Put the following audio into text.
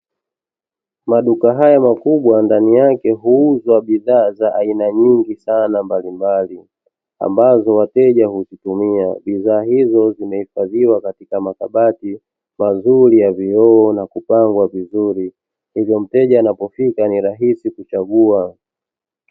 Maduka haya makubwa ndani yake huuzwa bidhaa za aina nyingi sana mbalimbali ambazo wateja huzitumia. Bidhaa hizo zimehifadhiwa katika makabati mazuri ya vioo na kupangwa vizuri, hivyo mteja akipita ni rahisi kuchagua.